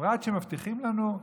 בפרט כשמבטיחים לנו,